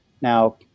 Now